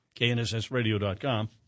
knssradio.com